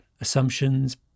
assumptions